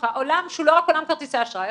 העולם שהוא לא רק עולם כרטיסי האשראי.